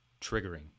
triggering